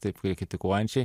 taip ir kritikuojančiai